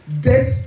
debt